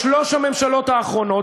בשלוש הממשלות האחרונות,